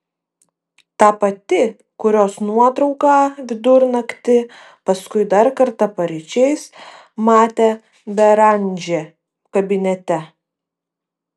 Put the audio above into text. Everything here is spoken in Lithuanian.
ta pati kurios nuotrauką vidurnaktį paskui dar kartą paryčiais matė beranžė kabinete